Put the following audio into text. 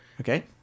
Okay